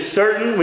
certain